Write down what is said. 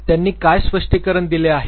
त्यांनी काय स्पष्टीकरण दिले आहे ते